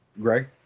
Greg